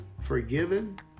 forgiven